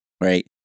Right